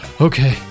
Okay